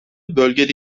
bölgede